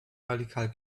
radikal